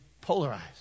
polarized